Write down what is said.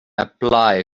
apply